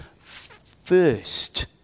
first